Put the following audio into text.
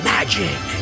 Magic